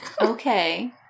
Okay